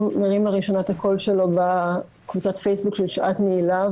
מרים לראשונה את הקול שלו בקבוצת הפייסבוק של "שעת נעילה".